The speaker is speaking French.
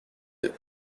deux